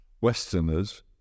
Westerners